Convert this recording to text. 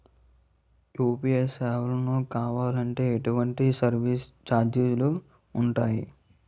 UPI సేవలను కావాలి అంటే ఎటువంటి సర్విస్ ఛార్జీలు ఉంటాయి?